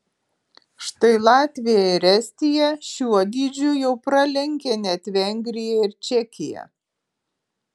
štai latvija ir estija šiuo dydžiu jau pralenkė net vengriją ir čekiją